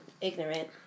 ignorant